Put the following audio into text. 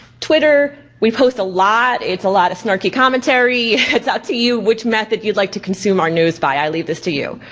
twitter, we post a lot, it's a lot of snarky commentary. it's up to you which method you'd like to consume our news by, i'll leave this to you.